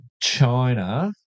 China